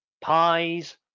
pies